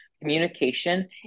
communication